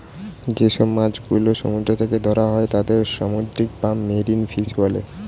যে সব মাছ গুলো সমুদ্র থেকে ধরা হয় তাদের সামুদ্রিক বা মেরিন ফিশ বলে